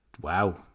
Wow